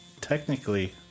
technically